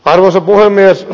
arvoisa puhemies